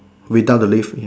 without the leave ya